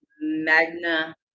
Magna